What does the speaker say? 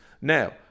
Now